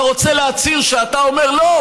אתה רוצה להצהיר שאתה אומר: לא,